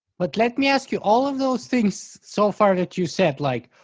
but let me ask you, all of those things so far that you said like,